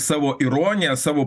savo ironija savo